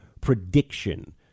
prediction